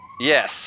Yes